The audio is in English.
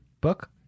book